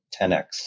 10x